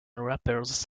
rappers